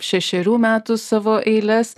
šešerių metų savo eiles